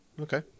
Okay